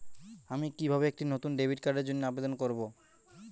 আমি কিভাবে একটি নতুন ডেবিট কার্ডের জন্য আবেদন করব?